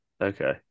Okay